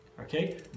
Okay